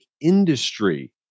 industry